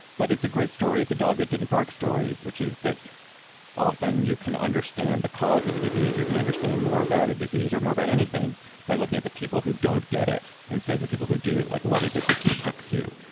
but it's a great story. it's the dog that didn't bark story, which is that often you can understand the cause of a disease. you can understand more about a disease or more about anything by looking at the people who don't get it. instead, the people who do like what is it that protects you?